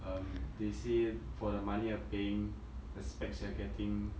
um they say for the money you're paying respects they're getting